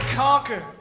conquer